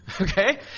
okay